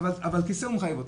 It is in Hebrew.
אבל כיסא הוא מחייב אותך.